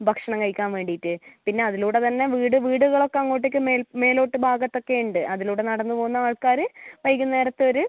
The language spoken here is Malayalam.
ഭക്ഷണം കഴിക്കാൻ വേണ്ടിയിട്ട് പിന്നെ അതിലൂടെ തന്നെ വീട് വീടുകളൊക്കെ അങ്ങോട്ടേക്ക് മേലോട്ട് ഭാഗത്തൊക്കെ ഉണ്ട് അതിലൂടെ നടന്ന് പോവുന്ന ആൾക്കാർ വൈകുന്നേരത്തെ ഒരു